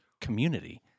community